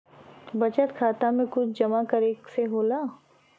बचत खाता मे कुछ जमा करे से होला?